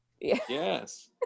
Yes